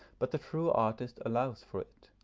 but the true artist allows for it.